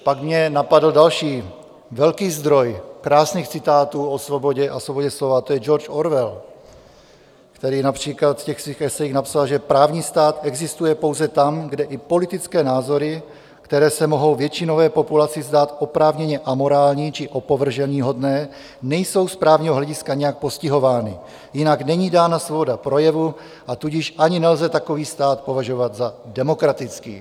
Pak mě napadl další velký zdroj krásných citátů o svobodě a svobodě slova, to je George Orwell, který například ve svých esejích napsal, že právní stát existuje pouze tam, kde i politické názory, které se mohou většinové populaci zdát oprávněně amorální či opovrženíhodné, nejsou z právního hlediska nijak postihovány, jinak není dána svoboda projevu, a tudíž ani nelze takový stát považovat za demokratický.